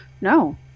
no